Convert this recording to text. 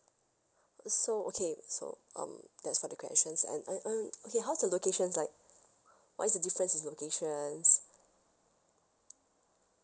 uh so okay so um that's for the questions and uh um okay how's the locations like what is the difference in locations